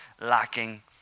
lacking